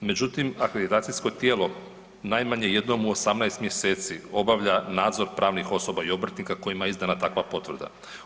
Međutim, akreditacijsko tijelo najmanje jednom u 18 mjeseci obavlja nadzor pravnih osoba i obrtnika kojima je izdana takva potvrda.